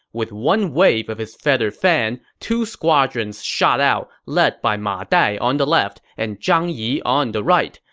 with one wave of his feather fan, two squadrons shot out, led by ma dai on the left, and zhang yi on the right.